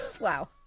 Wow